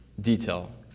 detail